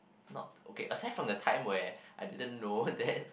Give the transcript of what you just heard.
not okay aside from the time where I didn't know that